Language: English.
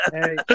Hey